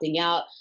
out